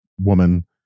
woman